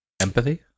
Empathy